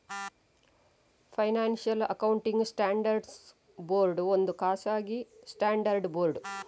financial accounting standards board ಒಂದು ಖಾಸಗಿ standard board